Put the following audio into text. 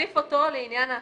--- להוסיף אותו לעניין ההשכלה.